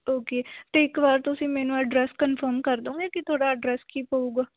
okay ਅਤੇ ਇੱਕ ਵਾਰ ਤੁਸੀਂ ਮੈਨੂੰ ਐਡਰੈਸ ਕਨਫਰਮ ਕਰ ਦੇਵੋਗੇ ਕਿ ਤੁਹਾਡਾ ਐਡਰੈਸ ਕੀ ਪਵੇਗਾ